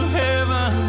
heaven